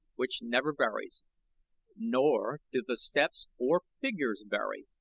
which never varies nor do the steps or figures vary,